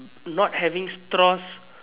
not having straws